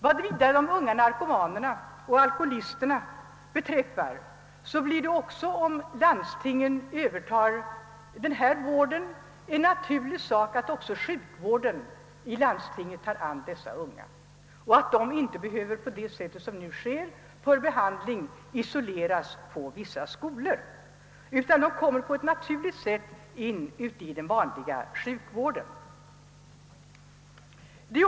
Vad vidare beträffar de unga narkomanerna och alkoholisterna blir det, om landstingen övertar denna vård, naturligt att också sjukvården i landstingen tar hand om dessa unga, så att de inte, såsom nu sker, för behandling isoleras på vissa skolor. De kommer på ett naturligt sätt in i den vanliga sjukvården.